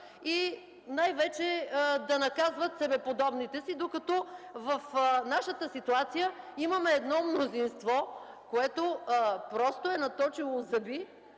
и най-вече да наказват себеподобните си, докато в нашата ситуация имаме едно мнозинство, което просто е наточило зъби